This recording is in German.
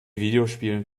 videospielen